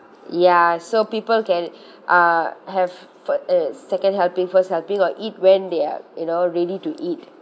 ya so people can uh have for uh second helping first helping or eat when they're you know ready to eat